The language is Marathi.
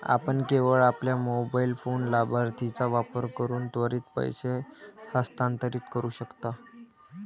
आपण केवळ आपल्या मोबाइल फोन लाभार्थीचा वापर करून त्वरित पैसे हस्तांतरित करू शकता